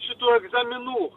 šitų egzaminų